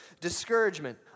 discouragement